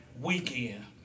weekend